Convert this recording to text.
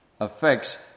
affects